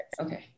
Okay